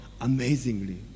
amazingly